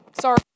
Sorry